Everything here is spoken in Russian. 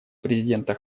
президента